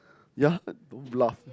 yea don't bluff